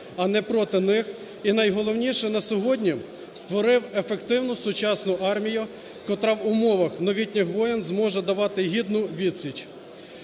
а не проти них і, найголовніше на сьогодні, створив ефективну сучасну армію, котра в умовах новітніх воїн, зможе давати гідну відсіч.